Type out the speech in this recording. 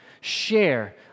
share